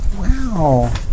Wow